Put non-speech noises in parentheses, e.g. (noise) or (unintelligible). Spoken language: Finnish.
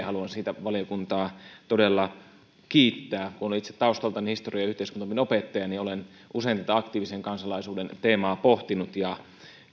(unintelligible) haluan siitä valiokuntaa todella kiittää kun olen itse taustaltani historian ja yhteiskuntaopin opettaja niin olen usein tätä aktiivisen kansalaisuuden teemaa pohtinut ja